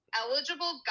eligible